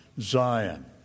Zion